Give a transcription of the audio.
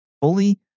fully